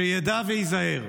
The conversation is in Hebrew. שידע וייזהר,